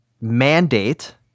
mandate